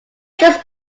just